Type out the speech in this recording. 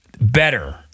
better